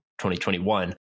2021